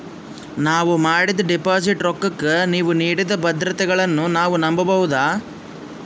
ನಾವು ಮಾಡಿದ ಡಿಪಾಜಿಟ್ ರೊಕ್ಕಕ್ಕ ನೀವು ನೀಡಿದ ಭದ್ರತೆಗಳನ್ನು ನಾವು ನಂಬಬಹುದಾ?